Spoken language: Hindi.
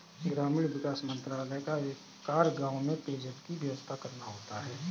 ग्रामीण विकास मंत्रालय का एक कार्य गांव में पेयजल की व्यवस्था करना होता है